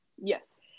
Yes